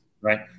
right